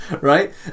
right